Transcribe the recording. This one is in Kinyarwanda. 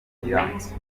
ambulance